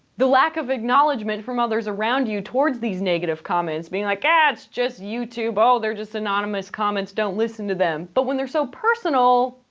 the lack of acknowledgement from others around you towards these negative comments, being like, ah, and it's just youtube, oh, they're just anonymous comments. don't listen to them. but when they're so personal.